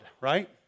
right